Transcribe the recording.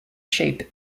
shape